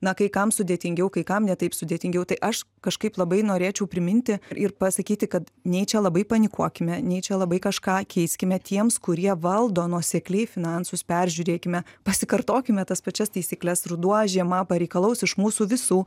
na kai kam sudėtingiau kai kam ne taip sudėtingiau tai aš kažkaip labai norėčiau priminti ir pasakyti kad nei čia labai panikuokime nei čia labai kažką keiskime tiems kurie valdo nuosekliai finansus peržiūrėkime pasikartokime tas pačias taisykles ruduo žiema pareikalaus iš mūsų visų